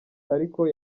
ariko